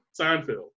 Seinfeld